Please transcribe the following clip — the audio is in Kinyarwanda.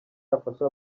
yafasha